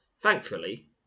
Thankfully